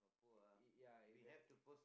it it ya if it